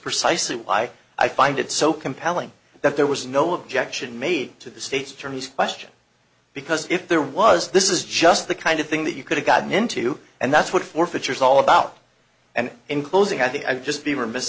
precisely why i find it so compelling that there was no objection made to the state's attorney's question because if there was this is just the kind of thing that you could have gotten into and that's what forfeiture is all about and in closing i think i would just be remiss